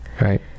right